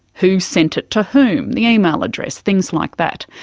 who sent it to whom, the email address things like that.